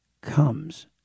comes